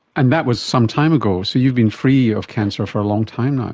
and that was some time ago, so you've been free of cancer for a long time now.